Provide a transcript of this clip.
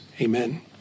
Amen